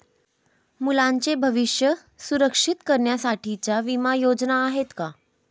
मुलांचे भविष्य सुरक्षित करण्यासाठीच्या विमा योजना आहेत का?